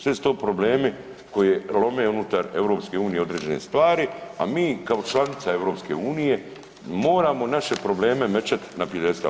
Sve su to problemi koji lome unutar EU određene stvari, a mi kao članica EU moramo naše probleme mećat na prijedestal.